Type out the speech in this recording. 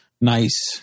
Nice